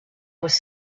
was